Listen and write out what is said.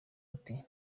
ati